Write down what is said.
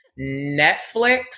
Netflix